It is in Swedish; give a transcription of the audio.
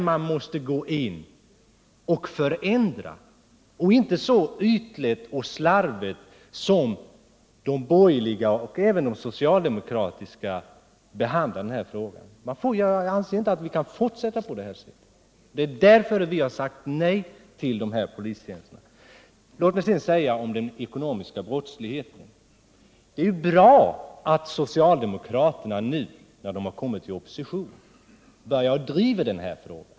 Man får inte behandla denna fråga så ytligt och slarvigt som de borgerliga och även socialdemokraterna har gjort. Därför har vi sagt nej till dessa polistjänster. Beträffande den ekonomiska brottsligheten vill jag säga att det är bra att socialdemokraterna nu, när de har hamnat i opposition, börjar driva denna fråga.